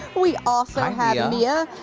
we also have mia.